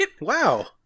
Wow